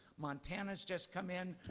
montana has just come in.